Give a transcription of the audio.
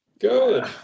Good